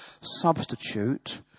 substitute